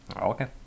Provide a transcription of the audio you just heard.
Okay